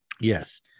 Yes